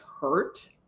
hurt